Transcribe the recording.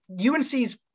UNC's